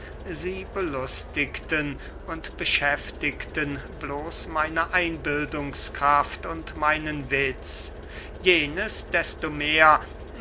sie belustigten und beschäftigten bloß meine einbildungskraft und meinen witz jenes desto mehr